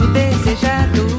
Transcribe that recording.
desejado